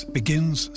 begins